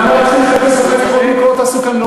למה להתחיל לחפש עוד מקורות תעסוקה?